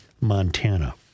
Montana